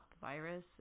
virus